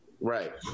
Right